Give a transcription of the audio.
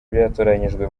byatoranyijwe